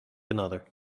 another